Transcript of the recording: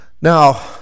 Now